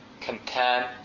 content